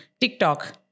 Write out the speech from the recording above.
TikTok